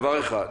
דבר אחד.